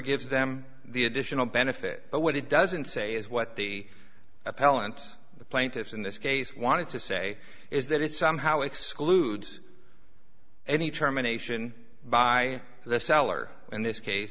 gives them the additional benefit but what it doesn't say is what the appellant the plaintiffs in this case wanted to say is that it somehow excludes any terminations by the seller in this case